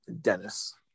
Dennis